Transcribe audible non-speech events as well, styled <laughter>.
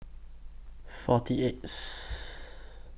forty eightth <noise>